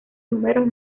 números